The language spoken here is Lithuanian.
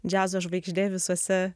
džiazo žvaigždė visuose